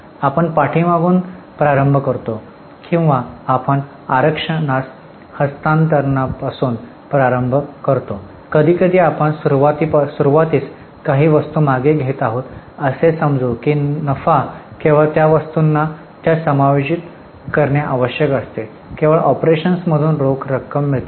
आपण पाठी पासून प्रारंभ करतो किंवा आपण आरक्षणास हस्तांतरणापासून प्रारंभ करतो कधीकधी आपण सुरुवातीस काही वस्तू मागे घेत आहोत असे समजू की नफा केवळ त्या वस्तूंना ज्यात समायोजित करणे आवश्यक असते केवळ ऑपरेशन मधून रोख रक्कम मिळते